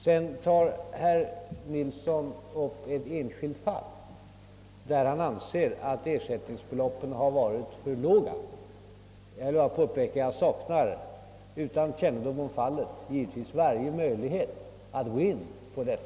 Sedan tar herr Nilsson upp ett enskilt fall, i vilket ersättningsbeloppen enligt hans mening har varit för låga. Utan kännedom om detta fall saknar jag givetvis varje möjlighet att gå in på det.